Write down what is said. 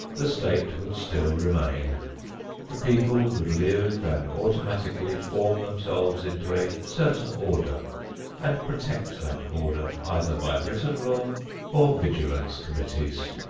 the state would still remain the people would live and automatically form themselves into a certain order and protect that order either by written law or vigilance committees.